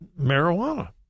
marijuana